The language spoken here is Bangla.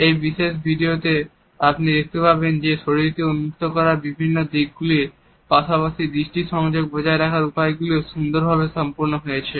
এই বিশেষ ভিডিওতে আপনি দেখতে পাবেন যে শরীরকে উন্মুক্ত করার বিভিন্ন দিকগুলির পাশাপাশি দৃষ্টি সংযোগ বজায় রাখার উপায়গুলিও সুন্দরভাবে সম্পন্ন হয়েছে